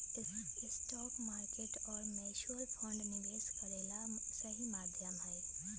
stock market और mutual fund निवेश करे ला सही माध्यम हई